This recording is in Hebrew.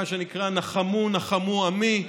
מה שנקרא "נחמו נחמו עמי".